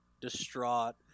Distraught